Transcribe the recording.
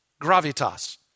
Gravitas